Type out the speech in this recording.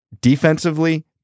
Defensively